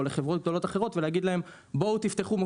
לחברות גדולות אחרות ולהגיד להן בואו תפתחו מוקד.